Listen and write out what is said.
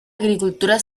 agricultura